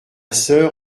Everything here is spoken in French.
sœur